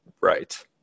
right